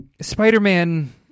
spider-man